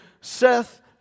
Seth